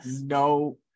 no